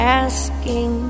asking